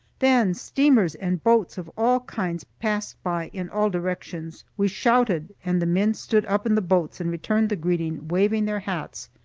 then steamers and boats of all kinds passed by, in all directions. we shouted, and the men stood up in the boats and returned the greeting, waving their hats.